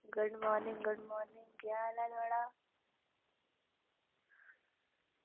good morning good morning केह् हाल ऐ थुआढ़ा